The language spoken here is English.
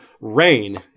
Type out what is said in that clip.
Rain